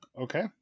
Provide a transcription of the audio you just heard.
Okay